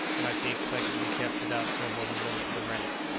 might be expected to be kept without trouble in the limits of the ranks,